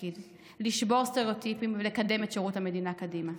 לשבור סטריאוטיפים ולקדם את שירות המדינה קדימה.